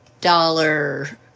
dollar